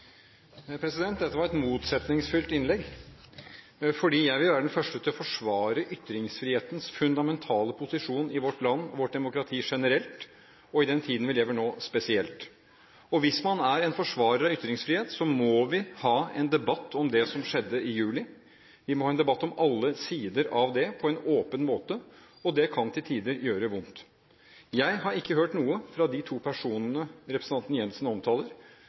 Dette var et motsetningsfylt innlegg. Jeg vil være den første til å forsvare ytringsfrihetens fundamentale posisjon i vårt land, i vårt demokrati generelt, og i den tiden vi lever i nå, spesielt. Hvis man er en forsvarer av ytringsfrihet, må vi ha en debatt om det som skjedde i juli, vi må ha en debatt om alle sider av det på en åpen måte, og det kan til tider gjøre vondt. Jeg har ikke hørt noe fra de to personene representanten Jensen omtaler,